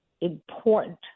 important